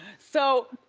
so,